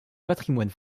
patrimoine